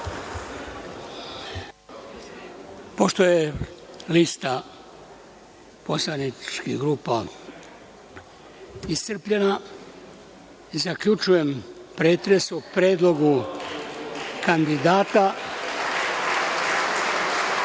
Pošto je lista poslaničkih grupa iscrpljena, zaključujem pretres o Predlogu kandidata